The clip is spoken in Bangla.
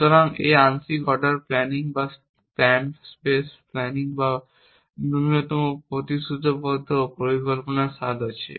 সুতরাং এটি আংশিক অর্ডার প্ল্যানিং বা প্ল্যান স্পেস প্ল্যানিং বা ন্যূনতম প্রতিশ্রুতিবদ্ধ পরিকল্পনার স্বাদ আছে